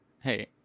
Hey